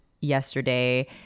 yesterday